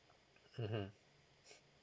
mmhmm